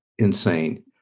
insane